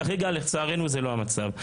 כרגע, לצערנו זה לא המצב.